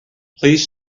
please